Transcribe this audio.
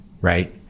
right